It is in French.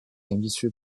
ambitieux